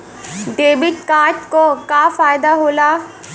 Debit card क का फायदा हो ला?